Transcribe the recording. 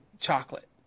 chocolate